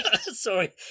sorry